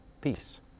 peace